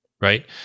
right